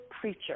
preacher